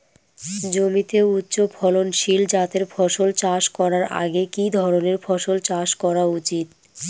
জমিতে উচ্চফলনশীল জাতের ফসল চাষ করার আগে কি ধরণের ফসল চাষ করা উচিৎ?